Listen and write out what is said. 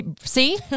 see